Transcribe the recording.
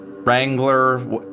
Wrangler